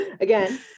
Again